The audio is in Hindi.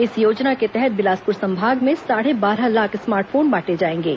इस योजना के तहत बिलासपुर संभाग में साढ़े बारह लाख स्मार्ट फोन बांटे जाएंगे